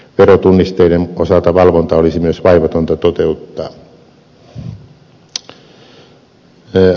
verotunnisteiden osalta valvonta olisi myös vaivatonta toteuttaa